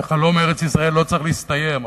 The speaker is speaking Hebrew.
וחלום ארץ-ישראל לא צריך להסתיים,